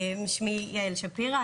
שמי יעל שפירא.